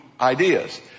ideas